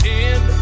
end